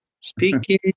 speaking